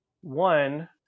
one